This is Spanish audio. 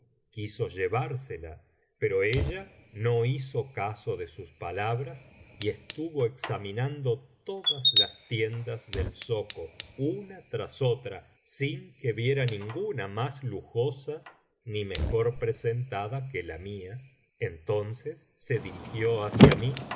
quiso llevársela pero ella no hizo caso de sus palabras y estuvo examinando tocias las tiendas del zoco una tras otra sin que viera ninguna más lujosa ni mejor presentada que la mía entonces se dirigió hacia mí